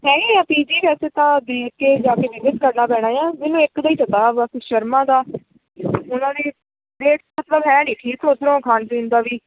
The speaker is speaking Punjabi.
ਨਹੀਂ ਪੀ ਜੀ ਵੈਸੇ ਤਾਂ ਦੇਖ ਕੇ ਜਾ ਕੇ ਵਿਜ਼ਿਟ ਕਰਨਾ ਪੈਣਾ ਆ ਮੈਨੂੰ ਇੱਕ ਦਾ ਹੀ ਪਤਾ ਬਾਕੀ ਸ਼ਰਮਾ ਦਾ ਉਹਨਾਂ ਨੇ ਰੇਟਸ ਮਤਲਬ ਹੈ ਨਹੀਂ ਠੀਕ ਸੋਚ ਲਓ ਖੀਣ ਪੀਣ ਦਾ ਵੀ